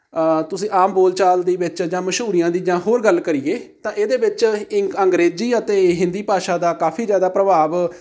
ਤੁਸੀਂ ਆਮ ਬੋਲ ਚਾਲ ਦੇ ਵਿੱਚ ਜਾਂ ਮਸ਼ਹੂਰੀਆਂ ਦੀ ਜਾਂ ਹੋਰ ਗੱਲ ਕਰੀਏ ਤਾਂ ਇਹਦੇ ਵਿੱਚ ਇੰਗ ਅੰਗਰੇਜ਼ੀ ਅਤੇ ਹਿੰਦੀ ਭਾਸ਼ਾ ਦਾ ਕਾਫੀ ਜ਼ਿਆਦਾ ਪ੍ਰਭਾਵ